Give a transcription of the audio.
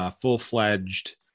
full-fledged